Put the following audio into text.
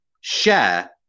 share